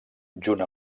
junt